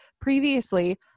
previously